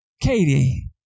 Katie